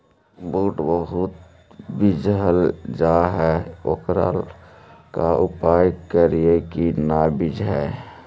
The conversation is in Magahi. बुट बहुत बिजझ जा हे ओकर का उपाय करियै कि न बिजझे?